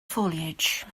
foliage